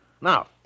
Now